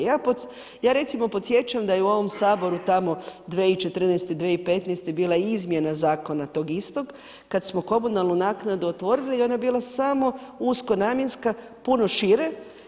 Ja recimo podsjećam da je u ovom Saboru tamo 2014., 2015. bila izmjena zakona tog istog kada smo komunalnu naknadu otvorili i ona je bila samo usko namjenska, puno šire.